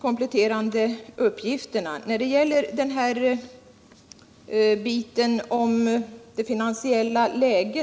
Herr talman! Jag tackar för de kompletterande uppgifterna.